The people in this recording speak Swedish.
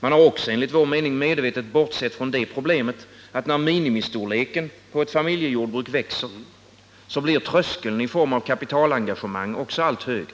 Man har också enligt vår mening medvetet bortsett från det problemet att när minimistorleken på ett familjejordbruk växer, blir tröskeln i form av kapitalengagemang också allt högre.